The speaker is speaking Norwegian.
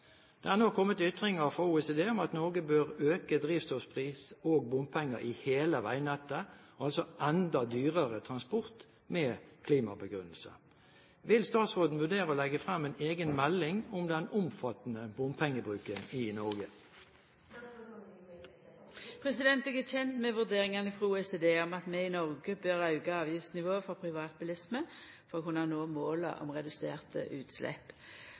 Det kommer nå ytringer fra OECD om at Norge bør øke drivstoffpris og bompenger i hele veinettet – altså enda dyrere transport – med klimabegrunnelse. Vil statsråden vurdere å legge frem en egen melding om den omfattende bompengebruken i Norge?» Eg er kjend med vurderingane frå OECD om at vi i Noreg bør auka avgiftsnivået for privatbilisme for å kunna nå måla om reduserte